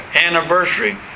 anniversary